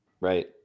right